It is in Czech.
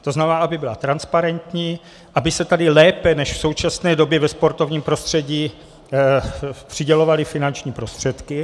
To znamená, aby byla transparentní, aby se tady lépe než v současné době ve sportovním prostředí přidělovaly finanční prostředky.